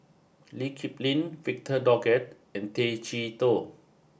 Lee Kip Lin Victor Doggett and Tay Chee Toh